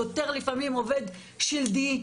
שוטר לפעמים עובד שלדי,